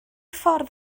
ffordd